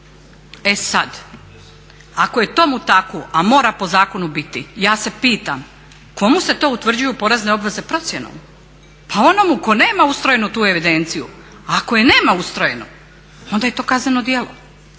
E sad, ako je tomu tako, a mora po zakonu biti ja se pitam komu se to utvrđuju porezne obveze procjenom? Pa onomu tko nema ustrojenu tu evidenciju. A ako je nema ustrojenu, onda je to kazneno djelo.